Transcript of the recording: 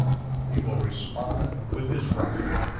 he will respond with his wrath,